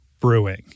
Brewing